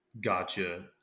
Gotcha